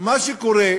מה שקורה,